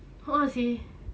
a'ah seh